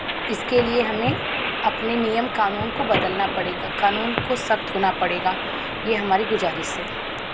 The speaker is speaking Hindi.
इसके लिए हमें अपने नियम कानून को बदलना पड़ेगा कानून को सख्त होना पड़ेगा ये हमारी गुज़ारिश है